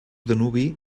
danubi